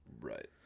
Right